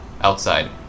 outside